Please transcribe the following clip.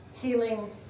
healing